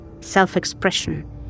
self-expression